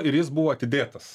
ir jis buvo atidėtas